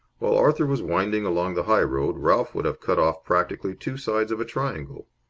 while arthur was winding along the high road, ralph would have cut off practically two sides of a triangle.